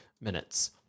minutes